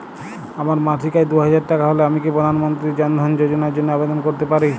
আমার মাসিক আয় দুহাজার টাকা হলে আমি কি প্রধান মন্ত্রী জন ধন যোজনার জন্য আবেদন করতে পারি?